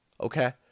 okay